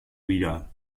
vida